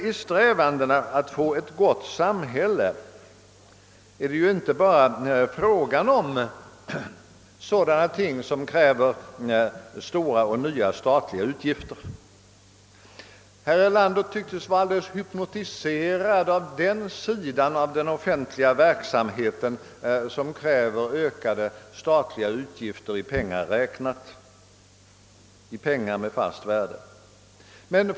I strävandena att åstadkomma ett gott samhälle behövs emellertid inte bara åtgärder som kräver stora och nya statsutgifter. Herr Erlander tycktes vara alldeles hypnotiserad av den sidan av den offentliga verksamheten, som kräver ökade statliga utgifter — i ett fast penningvärde räknat.